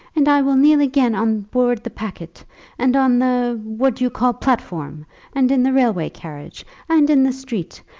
and i will kneel again on board the packet and on the what you call, platform and in the railway carriage and in the street.